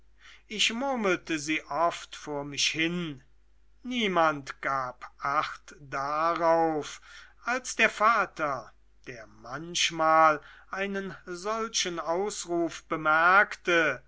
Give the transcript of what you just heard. ich murmelte sie oft vor mich hin niemand gab acht darauf als der vater der manchmal einen solchen ausruf bemerkte